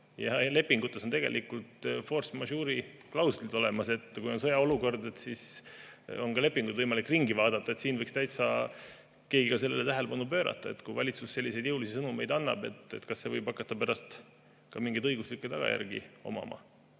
Lepingutes on tegelikultforce majeure'i klausel olemas, et kui on sõjaolukord, siis on lepinguid võimalik ringi vaadata. Siin võiks keegi sellele tähelepanu pöörata, et kui valitsus selliseid jõulisi sõnumeid annab, siis kas see võib hakata pärast ka mingeid õiguslikke tagajärgi omama.